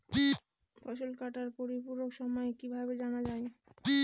ফসল কাটার পরিপূরক সময় কিভাবে জানা যায়?